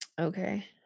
Okay